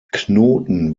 knoten